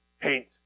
paint